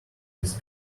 his